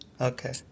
Okay